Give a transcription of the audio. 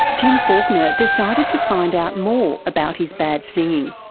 tim falconer decided to find out more about his bad singing.